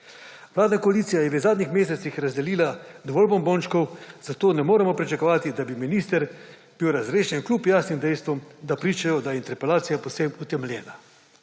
Vladna koalicija je v zadnjih mesecih razdelila dovolj bombončkov, zato ne moremo pričakovati, da bi minister bil razrešen kljub jasnim dejstvom, ki pričajo, da je interpelacija povsem utemeljena.